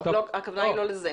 זה לא זה.